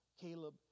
Caleb